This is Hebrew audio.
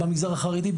במגזר החרדי,